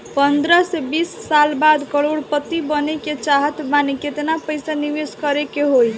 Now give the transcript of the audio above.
पंद्रह से बीस साल बाद करोड़ पति बने के चाहता बानी केतना पइसा निवेस करे के होई?